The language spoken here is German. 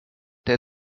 der